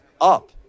up